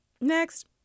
Next